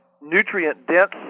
nutrient-dense